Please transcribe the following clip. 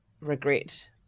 regret